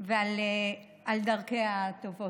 ועל דרכיה הטובות.